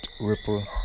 Ripple